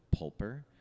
pulper